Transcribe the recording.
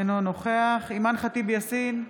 אינו נוכח אימאן ח'טיב יאסין,